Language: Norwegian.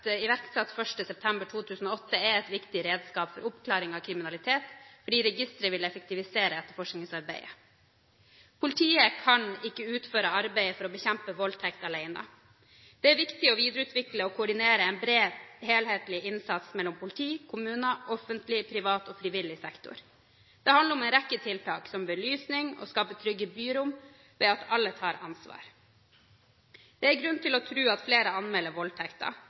september 2008, er et viktig redskap for oppklaring av kriminalitet, fordi registeret vil effektivisere etterforskningsarbeidet. Politiet kan ikke utføre arbeidet for å bekjempe voldtekt alene. Det er viktig å videreutvikle og koordinere en bred, helhetlig innsats mellom politiet, kommunen og offentlig, privat og frivillig sektor. Dette handler om en rekke tiltak, som belysning, å skape trygge byrom – ved at alle tar ansvar. Det er grunn til å tro at flere anmelder voldtekter,